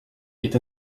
est